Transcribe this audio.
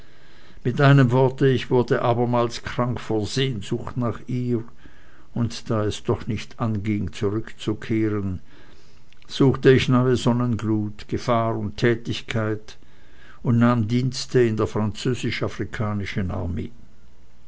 mit einem worte ich wurde abermals krank vor sehnsucht nach ihr und da es doch nicht anging zurückzukehren suchte ich neue sonnenglut gefahr und tätigkeit und nahm dienste in der französisch afrikanischen armee